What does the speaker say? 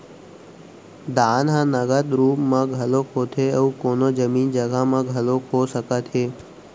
दान ह नगद रुप म घलोक होथे अउ कोनो जमीन जघा म घलोक हो सकत हे